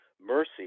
Mercy